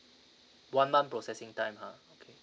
one month processing time ah okay